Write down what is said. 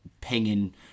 pinging